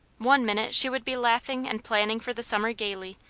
one minute she would be laughing and planning for the summer gaily,